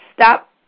stop